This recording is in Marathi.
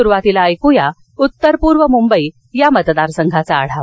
सुरुवातीला ऐक्या उत्तर पूर्व मुंबई या मतदारसंघाचा आढावा